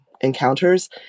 encounters